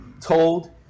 told